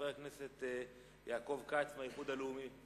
חבר הכנסת יעקב כץ מהאיחוד הלאומי.